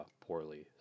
poorly